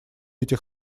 этих